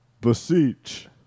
Beseech